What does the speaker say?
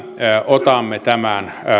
otamme tämän